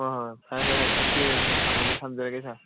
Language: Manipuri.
ꯍꯣꯏ ꯍꯣꯏ ꯐꯔꯦ ꯐꯔꯦ ꯊꯦꯡꯛ ꯌꯨ ꯊꯝꯃꯒꯦ ꯊꯝꯖꯔꯒꯦ ꯁꯥꯔ